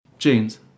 Jeans